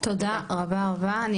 תודה רבה רבה,